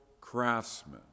craftsman